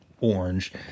Orange